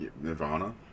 Nirvana